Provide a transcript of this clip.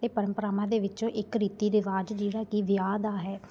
ਇਹ ਪਰੰਪਰਾਵਾਂ ਦੇ ਵਿੱਚੋਂ ਇੱਕ ਰੀਤੀ ਰਿਵਾਜ਼ ਜਿਹੜਾ ਕਿ ਵਿਆਹ ਦਾ ਹੈ